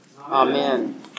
Amen